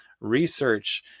research